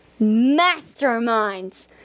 masterminds